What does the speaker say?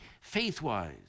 faith-wise